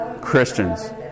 christians